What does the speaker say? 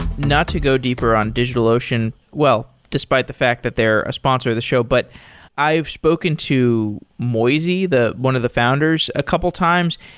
not to go deeper on digitalocean. well, despite the fact that they're a sponsor of the show, but i've spoken to moisey, one of the founders a couple times.